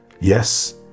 yes